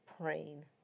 praying